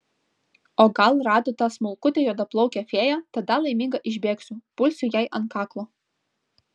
o gal rado tą smulkutę juodaplaukę fėją tada laiminga išbėgsiu pulsiu jai ant kaklo